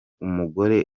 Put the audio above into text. umugore